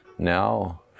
Now